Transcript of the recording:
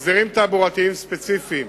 הסדרים תעבורתיים ספציפיים